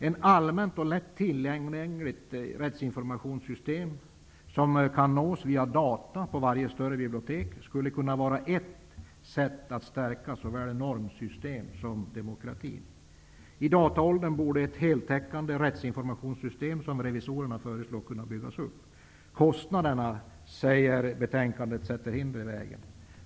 Ett allmänt och lätt tillgängligt rättsinformationssystem som kan nås via dator på varje större bibliotek skulle kunna vara ett sätt att stärka såväl normsystemet som demokratin. I datoråldern borde ett heltäckande rättsinformationssystem som revisorerna föreslår kunna byggas upp. Kostnaderna, sägs det i betänkandet, lägger hinder i vägen.